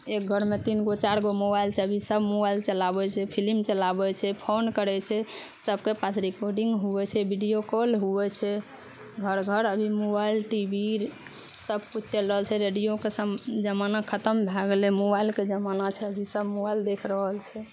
एक घर मे तीन गो चारि गो मोबाइल छै अभी सब मोबाइल चलाबै छै फिलिम चलाबै छै फोन करै छै सबके पास रिकॉर्डिंग होइ छै वीडियो कॉल होइ छै घर घर अभी मोबाइल टीवी सब कुछ चैल रहल छै रेडियो के जमाना खतम भए गेलै मोबाइल के जमाना छै अभी सब मोबाइल देख रहल छै